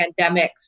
pandemics